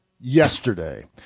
yesterday